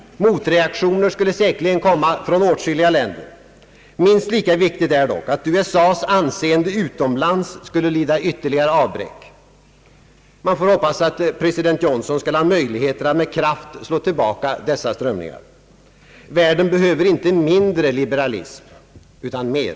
Motreaktioner skulle säkerligen komma från åtskilliga länder. Minst lika viktigt är dock att USA:s anseende utomlands skulle lida ytterligare avbräck. Man får hoppas att president Johnson skall ha möjlighet att med kraft slå tillbaka dessa strömningar. Världen behöver inte mindre liberalism, utan mer.